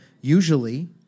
usually